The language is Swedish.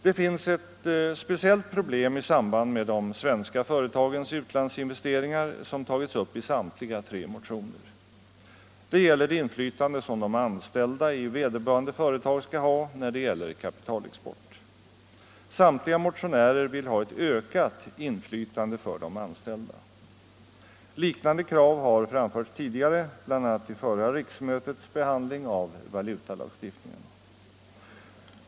Det finns ett speciellt problem i samband med de svenska företagens utlandsinvesteringar som tagits upp i samtliga tre motioner. Det gäller det inflytande som de anställda i vederbörande företag skall ha när det är fråga om kapitalexport. Samtliga motionärer vill ha ett ökat inflytande för de anställda. Liknande krav har framförts tidigare, bl.a. vid förra riksmötets behandling av valutalagstiftningen.